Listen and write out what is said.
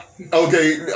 okay